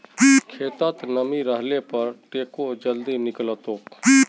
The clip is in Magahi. खेतत नमी रहले पर टेको जल्दी निकलतोक